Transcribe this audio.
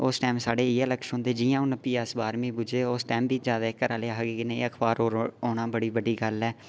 उस टैम साढ़े इ'यै लक्ष होंदे जि'यां उन फ्ही अस बाह्रमीं पुज्जे उस टैम बी घरै आह्ले बी एह् हे कि अखबारै पर होना बड़ी बड्डी गल्ल ऐ